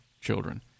children